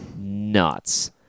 nuts